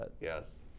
yes